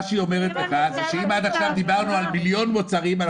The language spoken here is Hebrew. מה שהיא אומרת לך זה שאם עד עכשיו דיברנו על מיליון מוצרים אז